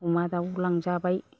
अमा दाउ लांजाबाय